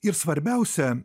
ir svarbiausia